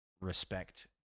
respect